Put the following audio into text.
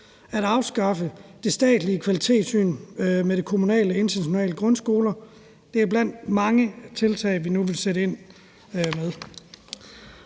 og afskaffer det statslige kvalitetstilsyn med de kommunale internationale grundskoler. Dette er nogle af de mange tiltag, vi nu vil sætte ind med.